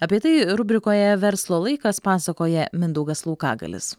apie tai rubrikoje verslo laikas pasakoja mindaugas laukagalis